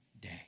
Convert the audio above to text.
day